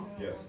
Yes